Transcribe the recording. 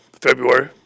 February